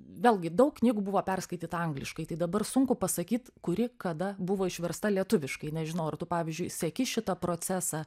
vėlgi daug knygų buvo perskaityta angliškai tai dabar sunku pasakyt kuri kada buvo išversta lietuviškai nežinau ar tu pavyzdžiui seki šitą procesą